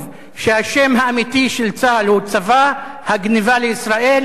שהשם האמיתי של צה"ל הוא צבא הגנבה לישראל,